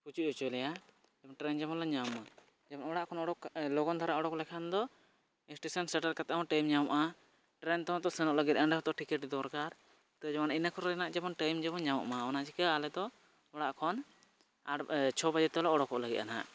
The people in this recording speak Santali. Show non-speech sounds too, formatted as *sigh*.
ᱯᱩᱪᱩᱡ ᱦᱚᱪᱚ ᱞᱮᱭᱟ ᱴᱨᱮᱱ ᱡᱮᱢᱚᱱ ᱞᱮ ᱧᱟᱢᱼᱢᱟ ᱡᱮᱢᱚᱱ ᱚᱲᱟᱜ ᱠᱷᱚᱱ *unintelligible* ᱞᱚᱜᱚᱱ ᱫᱷᱟᱨᱟ ᱩᱰᱩᱠ ᱞᱮᱱᱠᱷᱟᱱ ᱫᱚ ᱥᱴᱮᱥᱚᱱ ᱥᱮᱴᱮᱨ ᱠᱟᱛᱮᱦᱚᱸ ᱴᱟᱹᱭᱤᱢ ᱧᱟᱢᱚᱜᱼᱟ ᱴᱨᱮᱱ ᱛᱮᱦᱚᱸ ᱥᱮᱱᱚᱜ ᱞᱟᱹᱜᱤᱫ ᱚᱸᱰᱮ ᱦᱚᱸᱛᱚ ᱴᱤᱠᱤᱴ ᱫᱚᱨᱠᱟᱨ ᱤᱱᱟᱹ ᱠᱚᱨᱮᱱᱟᱜ ᱡᱮᱢᱚᱱ ᱴᱟᱹᱭᱤᱢ ᱡᱮᱢᱚᱱ ᱧᱟᱢᱚᱜᱼᱢᱟ ᱚᱱᱟ ᱪᱤᱠᱟᱹ ᱟᱞᱮ ᱫᱚ ᱚᱲᱟᱜ ᱠᱷᱚᱱ *unintelligible* ᱪᱷᱚ ᱵᱟᱡᱮ ᱛᱮᱞᱮ ᱩᱰᱩᱠᱚᱜ ᱞᱟᱹᱜᱤᱫ ᱦᱟᱸᱜ